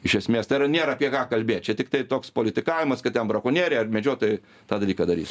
iš esmės tai yra nėra apie ką kalbėt čia tiktai toks politikavimas kad ten brakonieriai ar medžiotojai tą dalyką daryts